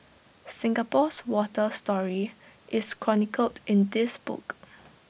Singapore's water story is chronicled in this book